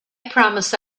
promise